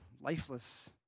lifeless